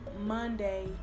Monday